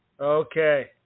Okay